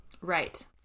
Right